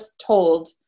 told